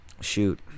shoot